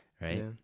right